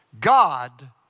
God